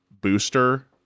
booster